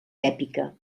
èpica